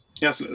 Yes